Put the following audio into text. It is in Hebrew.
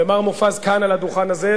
ומר מופז כאן על הדוכן הזה,